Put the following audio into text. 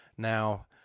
Now